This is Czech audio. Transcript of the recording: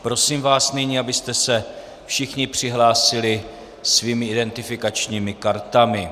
Prosím vás nyní, abyste se všichni přihlásili svými identifikačními kartami.